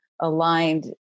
aligned